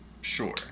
Sure